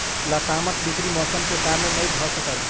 लतामक बिक्री मौसम के कारण नै भअ सकल